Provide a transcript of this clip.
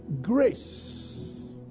Grace